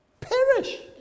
Perish